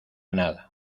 nada